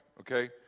okay